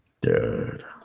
dude